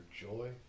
joy